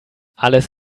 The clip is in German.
alles